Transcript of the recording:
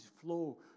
flow